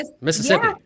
Mississippi